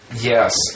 Yes